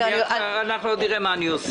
אנחנו עוד נראה מה אני עושה.